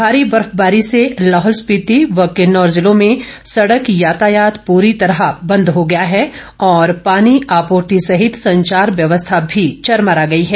भारी बर्फबारी से लाहौल स्पिति और किन्नौर जिले में सड़क यातायात पूरी तरह बंद हो गया है और पानी आपूर्ति सहित संचार व्यवस्था भी चरमरा गई है